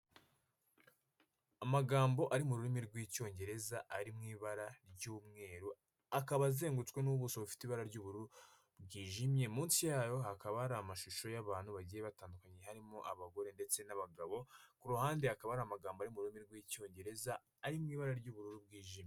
Amagambo ari mu rurimi rw'icyongereza ari mu ibara ry'umweru akaba azengurutswe n'ubuso bufite ibara ry'ubururu bwijimye; munsi yayo hakaba hari amashusho y'abantu bagiye batandukanye harimo abagore ndetse n'abagabo. Ku ruhande hakaba hari amagambo ari mu rurimi rw'icyongereza ari mu ibara ry'ubururu bwijimye.